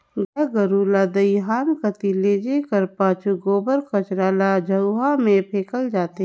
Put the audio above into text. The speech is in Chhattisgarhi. गाय गरू ल दईहान कती लेइजे कर पाछू गोबर कचरा ल झउहा मे फेकल जाथे